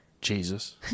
Jesus